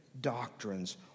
doctrines